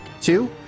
two